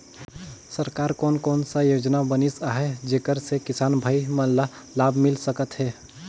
सरकार कोन कोन सा योजना बनिस आहाय जेकर से किसान भाई मन ला लाभ मिल सकथ हे?